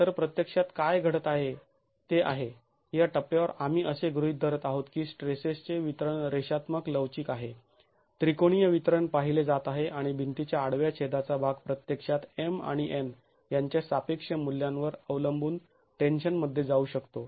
तर प्रत्यक्षात काय घडत आहे ते आहे या टप्प्यावर आम्ही असे गृहीत धरत आहोत की स्ट्रेसेसचे वितरण रेषात्मक लवचिक आहे त्रिकोणीय वितरण पाहिले जात आहे आणि भिंतीच्या आडव्या छेदाचा भाग प्रत्यक्षात M आणि N यांच्या सापेक्ष मूल्यांवर अवलंबून टेन्शनमध्ये जाऊ शकतो